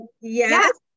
Yes